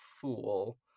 fool